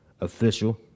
official